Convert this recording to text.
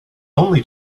only